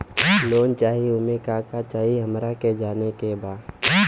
Loan चाही उमे का का चाही हमरा के जाने के बा?